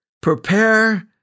prepare